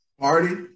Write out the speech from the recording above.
Party